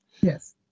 Yes